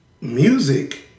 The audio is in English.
music